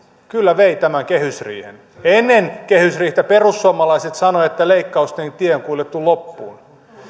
kyllä vei tämän kehysriihen ennen kehysriihtä perussuomalaiset sanoivat että leikkausten tie on kuljettu loppuun